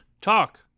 talk